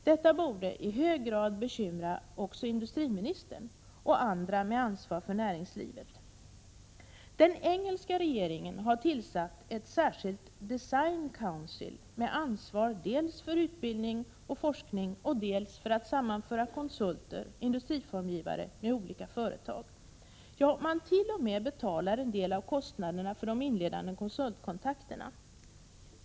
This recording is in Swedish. Detta borde i hög grad bekymra också industriministern och andra med ansvar för näringslivet. Den engelska regeringen har tillsatt ett särskilt Design Council, med ansvar dels för utbildning och forskning, dels för att sammanföra konsulter och industriformgivare med olika företag. Ja, man t.o.m. betalar en del av kostnaderna för de inledande konsultkontakterna.